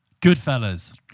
Goodfellas